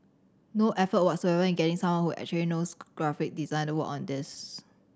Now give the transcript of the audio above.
no effort whatsoever in getting someone who actually knows graphic design to work on this